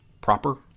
proper